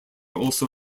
also